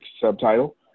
subtitle